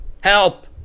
Help